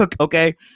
okay